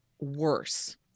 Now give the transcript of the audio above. worse